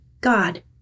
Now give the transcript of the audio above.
God